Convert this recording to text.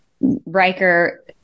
Riker